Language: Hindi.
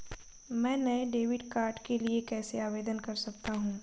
मैं नए डेबिट कार्ड के लिए कैसे आवेदन कर सकता हूँ?